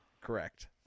correct